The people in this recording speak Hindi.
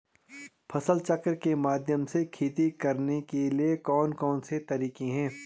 फसल चक्र के माध्यम से खेती करने के लिए कौन कौन से तरीके हैं?